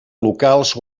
locals